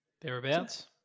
Thereabouts